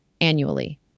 annually